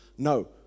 No